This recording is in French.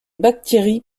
bactéries